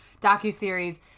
docuseries